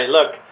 Look